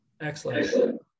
Excellent